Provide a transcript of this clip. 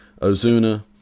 Ozuna